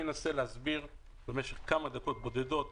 אנסה להסביר בכמה דקות בודדות